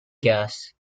gas